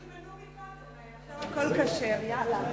שתקבע ועדת הכנסת נתקבלה.